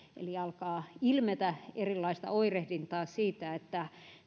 eli alkaa ilmetä erilaista oirehdintaa siitä että